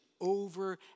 over